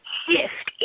shift